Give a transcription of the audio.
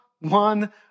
one